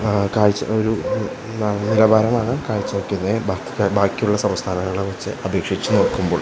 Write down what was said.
ആ കാഴ്ച ഒരു നിലവാരമാണ് കാഴ്ച വയ്ക്കുന്നത് ബാക്കി ബാക്കി ഉള്ള സംസ്ഥാങ്ങളെ വച്ച് അപേക്ഷിച്ച് നോക്കുമ്പോൾ